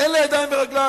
אין לזה ידיים ורגליים.